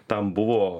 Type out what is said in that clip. tam buvo